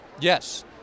Yes